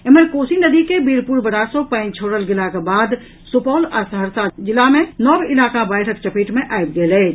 एम्हर कोसी नदी के बीरपुर बराज सॅ पानि छोड़ल गेलाक बाद सुपौल आ सहरसा जिला मे नव इलाका बाढ़िक चपेट मे आबि गेल अछि